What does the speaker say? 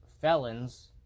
felons